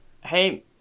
Hey